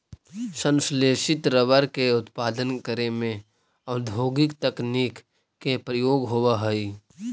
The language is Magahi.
संश्लेषित रबर के उत्पादन करे में औद्योगिक तकनीक के प्रयोग होवऽ हइ